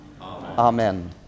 Amen